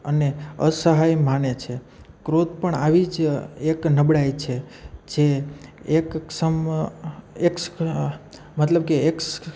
અને અસહાય માને છે ક્રોધ પણ આવી જ એક નબળાઈ છે જે એક ક્સમ એક્સ મતલબ કે એક્સ